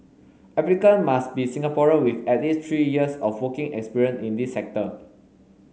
applicant must be Singaporean with at least three years of working experience in the sector